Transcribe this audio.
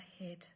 ahead